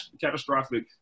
catastrophic